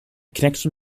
connection